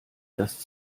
das